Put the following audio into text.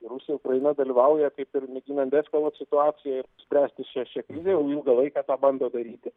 ir rusija ukraina dalyvauja kaip ir mėgina deeskaluoti situaciją ir spręsti šią šią krizę ilgą laiką tą pabando daryti